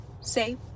say